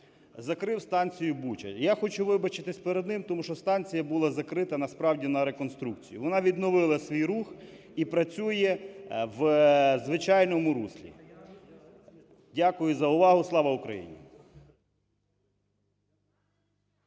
закрив станцію "Буча". Я хочу вибачитися перед ним, тому що станція була закрита, насправді, на реконструкцію. Вона відновила свій рух і працює в звичайному руслі. Дякую за увагу. Слава Україні!